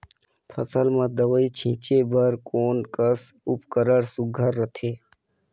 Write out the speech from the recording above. फसल म दव ई छीचे बर कोन कस उपकरण सुघ्घर रथे?